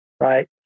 right